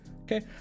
Okay